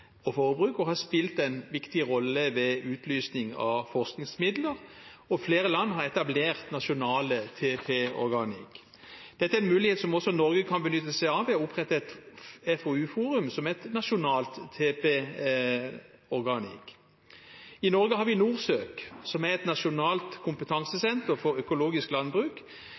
forbruk, og har spilt en viktig rolle ved utlysning av forskningsmidler. Flere land har etablert nasjonale TP Organics. Dette er en mulighet som også Norge kan benytte seg av: å opprette et FoU-forum som et nasjonalt TP Organics. I Norge har vi Norsøk, som er et nasjonalt kompetansesenter for økologisk landbruk.